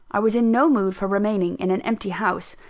i was in no mood for remaining in an empty house,